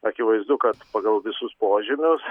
akivaizdu kad pagal visus požymius